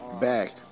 back